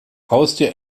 haustier